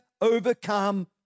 overcome